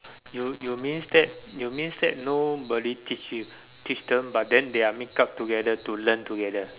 you you means that you means that nobody teach you teach them but then they are make up together to learn together